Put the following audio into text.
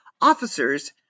officers